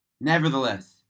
Nevertheless